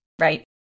right